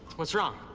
what's wrong?